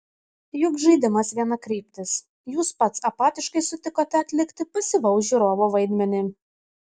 juk žaidimas vienakryptis jūs pats apatiškai sutikote atlikti pasyvaus žiūrovo vaidmenį